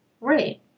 right